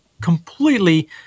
completely